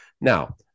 Now